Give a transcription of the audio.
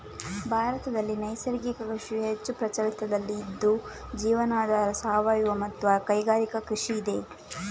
ಭಾರತದಲ್ಲಿ ನೈಸರ್ಗಿಕ ಕೃಷಿಯು ಹೆಚ್ಚು ಪ್ರಚಲಿತದಲ್ಲಿ ಇದ್ದು ಜೀವನಾಧಾರ, ಸಾವಯವ ಮತ್ತೆ ಕೈಗಾರಿಕಾ ಕೃಷಿ ಇದೆ